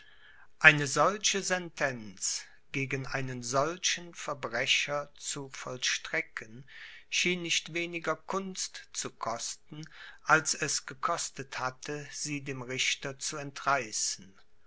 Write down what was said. eine solche sentenz gegen einen solchen verbrecher zu vorstrecken schien nicht viel weniger kunst zu kosten als es gekostet hatte sie dem richter zu entreißen